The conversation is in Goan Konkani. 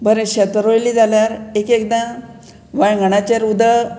बरें शेत रोयलीं जाल्यार एकएकदां वांयगणाचेर उदक